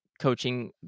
coaching